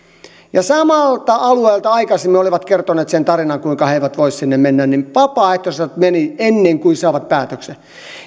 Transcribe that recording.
samalta alueelta aikaisemmin olivat kertoneet sen tarinan kuinka he eivät voi sinne mennä mutta vapaaehtoisesti menivät ennen kuin saivat päätöksen